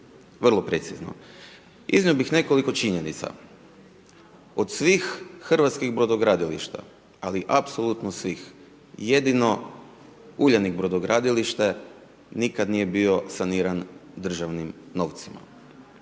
vrlo precizno. Iznio bi nekoliko činjenica, od svih hrvatskih brodogradilišta, ali apsolutno svih, jedino Uljanik brodogradilište, nikada nije bio saniran državnim novcima.